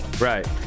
right